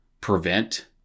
prevent